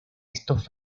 estos